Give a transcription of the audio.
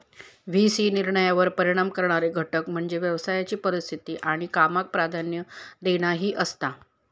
V C निर्णयांवर परिणाम करणारे घटक म्हणजे व्यवसायाची परिस्थिती आणि कामाक प्राधान्य देणा ही आसात